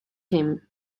him